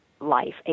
life